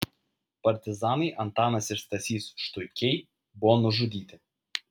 partizanai antanas ir stasys štuikiai buvo nužudyti